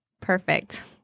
Perfect